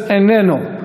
איננו,